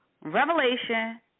Revelation